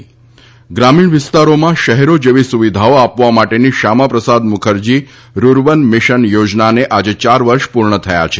ત ગ્રામિણ વિસ્તારોમાં શહેરો જેવી સુવિધાઓ આપવા માટેની શ્યામા પ્રસાદ મુખર્જી રૂરબન મિશન યોજનાને આજે ચાર વર્ષ પૂર્ણ થયા છે